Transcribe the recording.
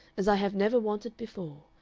as i have never wanted before,